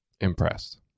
Impressed